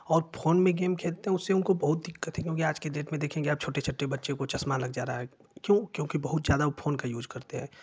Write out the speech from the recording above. और फोन में जो गेम खेलते हैं उससे उन्हें बहुत दिक्कत है क्योंकि आज के डेट में आप देखेंगे छोट छोटे बच्चे को चश्मा लग जा रहा है क्यों क्योंकि बहुत ज़्यादा वो फोन का यूज करते हैं